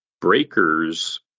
breakers